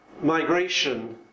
migration